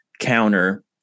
counter